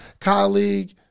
colleague